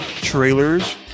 trailers